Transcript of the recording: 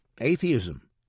atheism